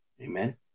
Amen